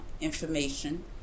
information